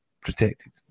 protected